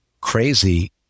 crazy